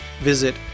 visit